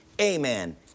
Amen